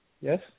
Yes